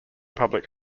public